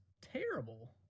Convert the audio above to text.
Terrible